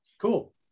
cool